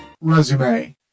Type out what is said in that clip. resume